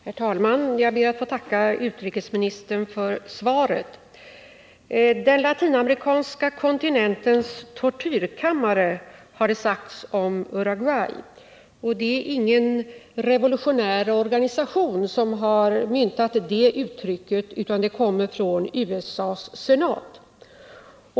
Herr talman! Jag ber att få tacka utrikesministern för svaret. ”Den latinamerikanska kontinentens tortyrkammare”, har det sagts om Uruguay. Det är ingen revolutionär organisation som har myntat det uttrycket utan det kommer från USA:s senat.